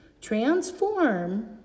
Transform